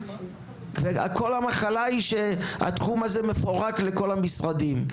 כל המחלה היא שהתחום הזה מפורק לכל המשרדים,